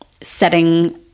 setting